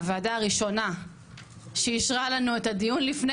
הוועדה הראשונה שאישרה לנו את הדיון וזה עוד לפני